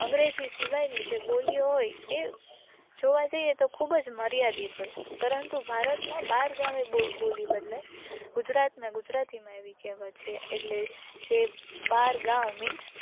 અંગ્રેજી સિવાયની જે બોલીઓ હોય એ જોવા જઈએ તો ખૂબ જ મર્યાદિત હોય પરંતુ ભારતમાં બાર ગામે બોલી બદલાય ગુજરાત ને ગુજરાતીમાં એવી કહેવત છે એટલે જે બાર ગામ મીન્સ